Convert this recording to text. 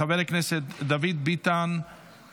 חבר הכנסת דוד ביטן,